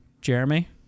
Jeremy